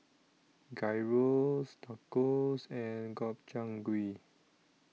Gyros Tacos and Gobchang Gui